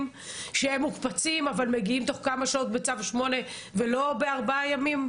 שהם מוקפצים אבל מגיעים תוך כמה שעות בצו שמונה ולא בארבעה ימים.